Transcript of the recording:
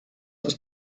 ist